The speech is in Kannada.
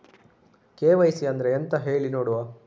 ಕೆ.ವೈ.ಸಿ ಅಂದ್ರೆ ಎಂತ ಹೇಳಿ ನೋಡುವ?